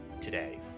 today